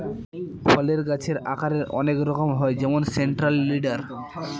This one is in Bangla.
ফলের গাছের আকারের অনেক রকম হয় যেমন সেন্ট্রাল লিডার